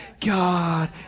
God